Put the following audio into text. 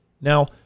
Now